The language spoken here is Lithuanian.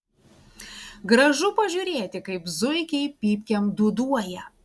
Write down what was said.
gražu pažiūrėti kaip zuikiai pypkėm dūduoja